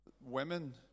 women